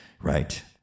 right